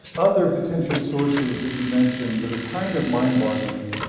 other potential sources that you mention that are kind of mind-boggling.